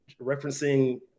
referencing